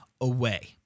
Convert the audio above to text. away